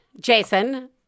Jason